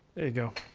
there you go.